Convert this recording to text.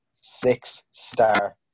Six-star